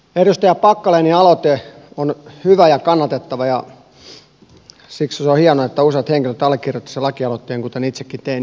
edustaja packalenin aloite on hyvä ja kannatettava ja siksi on hienoa että useat henkilöt allekirjoittivat sen lakialoitteen kuten itsekin tein